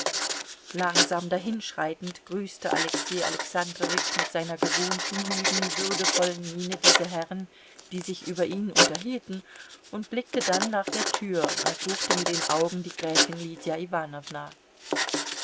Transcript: langsam dahinschreitend grüßte alexei alexandrowitsch mit seiner gewohnten müden würdevollen miene diese herren die sich über ihn unterhielten und blickte dann nach der tür und suchte mit den augen die gräfin lydia